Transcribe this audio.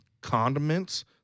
condiments